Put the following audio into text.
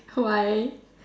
why